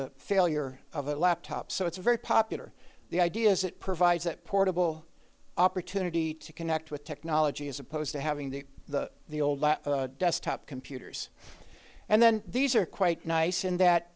the failure of a laptop so it's very popular the idea is it provides that portable opportunity to connect with technology as opposed to having the the the old desktop computers and then these are quite nice in that